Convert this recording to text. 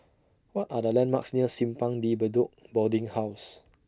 What Are The landmarks near Simpang De Bedok Boarding House